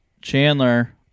Chandler